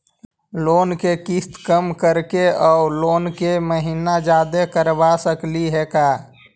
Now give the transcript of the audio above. Loan के किस्त कम कराके औ लोन के महिना जादे करबा सकली हे का?